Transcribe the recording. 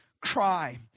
cry